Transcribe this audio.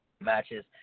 matches